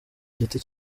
giti